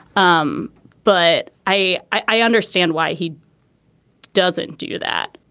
um but i i understand why he doesn't do that.